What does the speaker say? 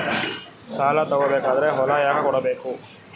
ಸಾಲ ತಗೋ ಬೇಕಾದ್ರೆ ಹೊಲ ಯಾಕ ಕೊಡಬೇಕು?